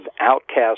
outcast